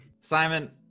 Simon